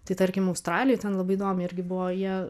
tai tarkim australijoj ten labai įdomiai irgi buvo jie